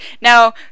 now